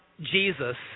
Jesus